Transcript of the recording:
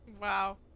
Wow